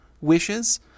wishes